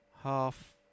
Half